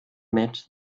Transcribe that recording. met